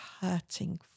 hurting